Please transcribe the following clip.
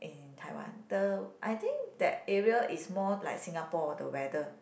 and Taiwan the I think that area is more like Singapore the weather